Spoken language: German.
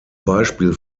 beispiel